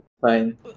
fine